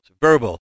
verbal